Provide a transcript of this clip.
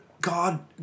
God